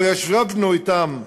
או ישבנו אתם,